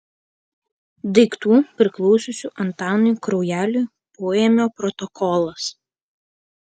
daiktų priklausiusių antanui kraujeliui poėmio protokolas